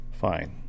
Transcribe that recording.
Fine